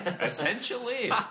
essentially